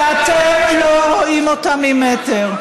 שאתם לא רואים אותם ממטר.